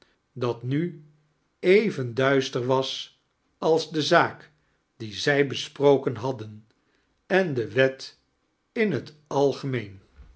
dat nu even duister was als de zaak die zij besproken hadden en de wet in het algemeen